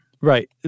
Right